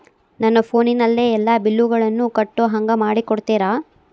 ನನ್ನ ಫೋನಿನಲ್ಲೇ ಎಲ್ಲಾ ಬಿಲ್ಲುಗಳನ್ನೂ ಕಟ್ಟೋ ಹಂಗ ಮಾಡಿಕೊಡ್ತೇರಾ?